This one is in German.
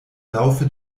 laufe